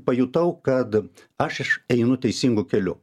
pajutau kad aš einu teisingu keliu